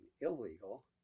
illegal